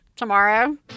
Tomorrow